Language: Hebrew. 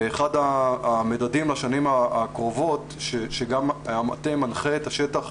אחד המדדים לשנים הקרובות שגם המטה מנחה את השטח,